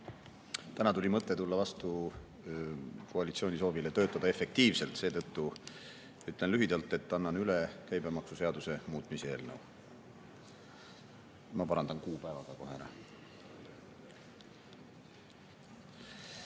Täna tuli mõte tulla vastu koalitsiooni soovile töötada efektiivselt. Seetõttu ütlen lühidalt, et annan üle käibemaksuseaduse muutmise eelnõu. Ma parandan kuupäeva ka kohe ära.